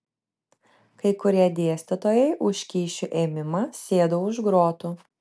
kai kurie dėstytojai už kyšių ėmimą sėdo už grotų